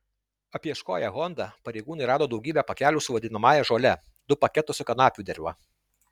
apieškoję honda pareigūnai rado daugybę pakelių su vadinamąją žole du paketus su kanapių derva